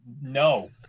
no